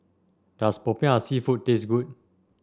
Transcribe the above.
does Popiah seafood taste good